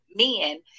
men